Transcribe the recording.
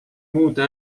muude